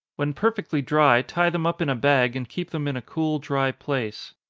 when perfectly dry, tie them up in a bag, and keep them in a cool dry place.